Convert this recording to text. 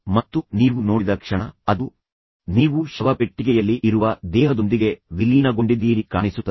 ಮತ್ತು ನೀವು ನೋಡಿದ ಕ್ಷಣ ಅದು ನೀವು ಶವಪೆಟ್ಟಿಗೆಯಲ್ಲಿ ಇರುವ ದೇಹದೊಂದಿಗೆ ವಿಲೀನಗೊಂಡಿದ್ದೀರಿ ಎಂದು ಕಾಣಿಸುತ್ತದೆ